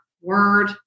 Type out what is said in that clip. word